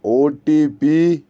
OTP